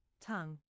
tongue